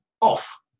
off